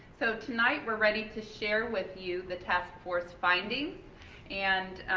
so, tonight we're ready to share with you the task force findings and